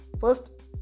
First